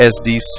SDC